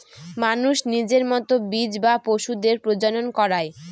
মানুষ নিজের মতো বীজ বা পশুদের প্রজনন করায়